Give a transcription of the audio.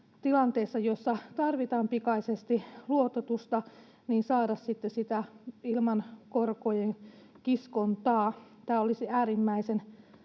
tilanteessa, jossa tarvitaan pikaisesti luototusta, saada sitä ilman korkojen kiskontaa. Tämä olisi äärimmäisen